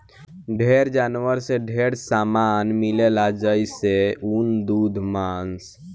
ढेर जानवर से ढेरे सामान मिलेला जइसे ऊन, दूध मांस